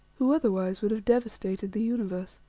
who otherwise would have devastated the universe.